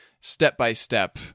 step-by-step